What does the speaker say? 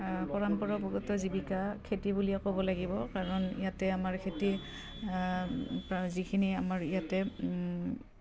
পৰম্পৰাগত জীৱিকা খেতি বুলিয়ে ক'ব লাগিব কাৰণ ইয়াতে আমাৰ খেতি যিখিনি আমাৰ ইয়াতে